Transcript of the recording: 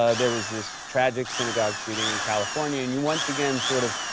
ah there was this tragic synagogue shooting in california. and you once again, sort of,